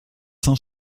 sans